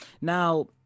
Now